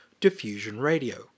diffusionradio